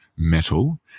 metal